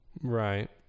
Right